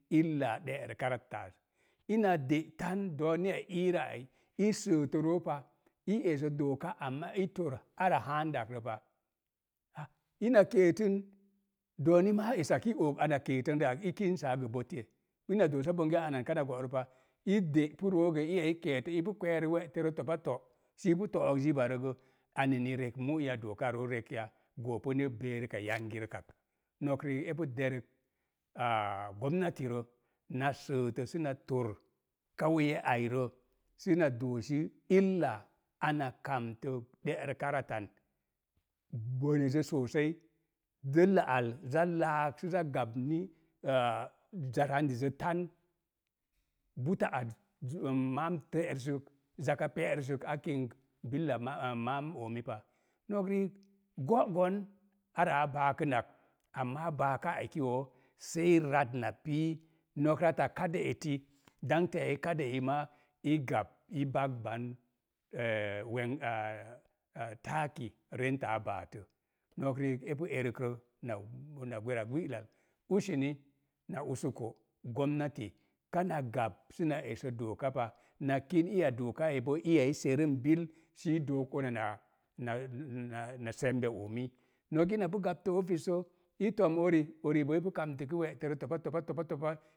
de'rəka rattə az, ina de’ dooni a ii rə ai, i sətə roopa, i esə dooka, amaa i tor ara rəpa ha, ina keetən, dooni maa isak i og ana keetən ri'ak i kinsaa gə. Ina doosa bonge anan kana go'rəpa, i de'pu roo gə iya keetə ipu kweerək we'te rə topato’ sii pu to'ok ziiba rə gə, aneni rek mu ya, dookaa rooz rek ya goopu ni beerəka yangirə kak. Nok riik e pu derək aa gomnati rə. Da sətə sənator ai rə səna doosi ana kamtə de'rəka rattan, zə so̱o̱sai. Dəlla al za laak sə za gab ni aa, buta at maam pe'rəsək, zaka pe’ rəsək, a kink billa maam oomi pa. Nok riik go'gon araa baakənak, amaa baakaa eki woo, sei rat na pii, nok rata kadə eti, dante a i kadə eyi maa, i gab i bag ban rentaa baatə. Nok riik epu erərə na gwera gbilal, useni na usuko, gomnati kana gab səna eso dooka pa, na kin iya dooka rəi boo iya i serəm bil sii duuk ona na na oomii. Nok ina pu gabtə offis sə, i tom uri ori boo ipu kamtəki we'tərə topato pa topa